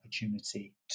opportunity